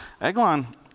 Eglon